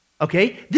Okay